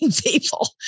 people